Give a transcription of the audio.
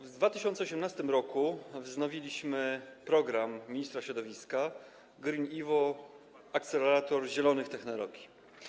W 2018 r. wznowiliśmy program ministra środowiska „GreenEvo - akcelerator zielonych technologii”